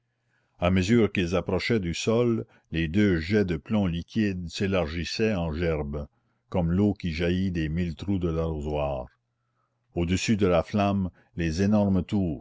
à mesure qu'ils approchaient du sol les deux jets de plomb liquide s'élargissaient en gerbes comme l'eau qui jaillit des mille trous de l'arrosoir au-dessus de la flamme les énormes tours